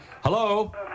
hello